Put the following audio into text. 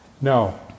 No